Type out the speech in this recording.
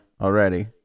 already